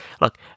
look